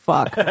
Fuck